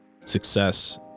success